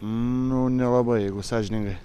nu nelabai jeigu sąžiningai